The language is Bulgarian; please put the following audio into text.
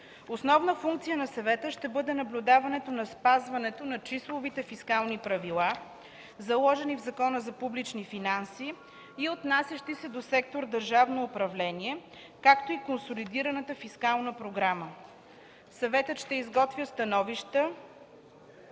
Основна функция на Съвета ще бъде наблюдаването на спазването на числовите фискални правила, заложени в Закона за публичните финанси и отнасящи се за сектор „Държавно управление”, и консолидираната фискална програма. Съветът ще изготвя становища